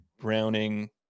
Browning